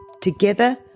Together